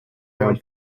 mewn